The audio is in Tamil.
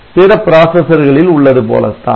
பிற பிராசஸர்களில் உள்ளது போலத்தான்